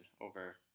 over